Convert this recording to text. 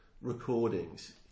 recordings